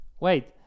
Wait